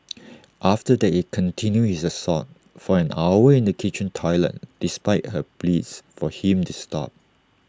after that he continued his assault for an hour in the kitchen toilet despite her pleas for him to stop